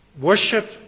Worship